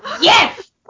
Yes